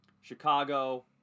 Chicago